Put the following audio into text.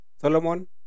Solomon